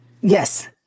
yes